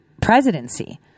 presidency